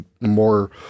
more